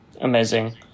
Amazing